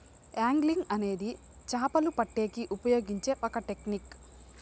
angling అనేది చాపలు పట్టేకి ఉపయోగించే ఒక టెక్నిక్